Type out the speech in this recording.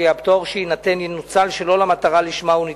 הפטור שיינתן ינוצל שלא למטרה שלשמה הוא ניתן.